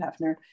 hefner